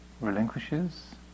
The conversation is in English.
relinquishes